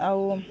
ଆଉ